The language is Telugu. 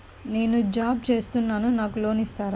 నేను జాబ్ చేస్తున్నాను నాకు లోన్ ఇస్తారా?